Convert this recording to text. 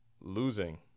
losing